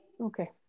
okay